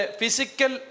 physical